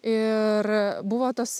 ir buvo tas